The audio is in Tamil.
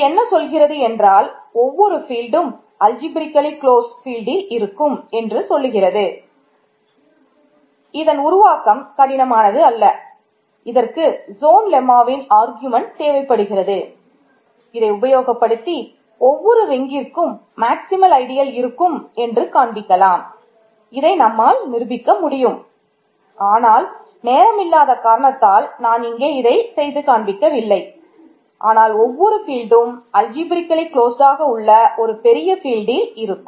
இது என்ன சொல்கிறது என்றால் ஒவ்வொரு ஃபீல்ட்டும் இருக்கும்